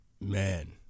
man